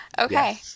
Okay